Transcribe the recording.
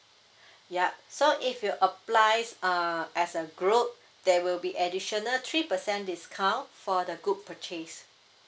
yup so if you applies uh as a group there will be additional three percent discount for the group purchase